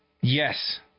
Yes